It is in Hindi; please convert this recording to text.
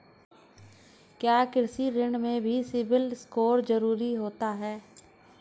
क्या कृषि ऋण में भी सिबिल स्कोर जरूरी होता है?